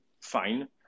fine